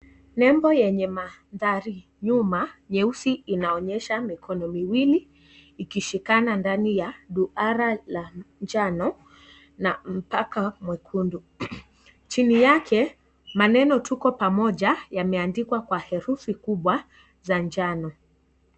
Nembo yenye manthari nyuma nyeusi inaonyesha mikono miwili ikishikana ndani ya duara njano na mpaka mwekundu chini yake maneno tuko pamoja yameandikwa kwa herufi kubwa za njano.